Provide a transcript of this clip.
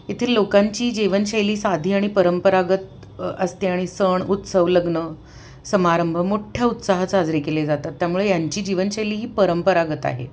येथील लोकांची जीवनशैली साधी आणि परंपरागत असते आणि सण उत्सव लग्न समारंभ मोठ्या उत्साहात साजरे केले जातात त्यामुळे यांची जीवनशैली ही परंपरागत आहे